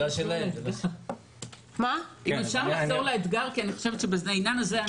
אנחנו רוצים להעצים את הדבר הזה.